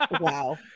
Wow